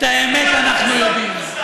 את האמת אנחנו יודעים.